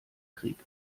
kriegt